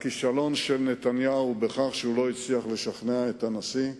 הכישלון של נתניהו הוא בכך שהוא לא הצליח לשכנע את הנשיא.